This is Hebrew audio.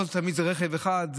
לא תמיד זה רכב אחד,